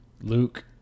Luke